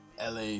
la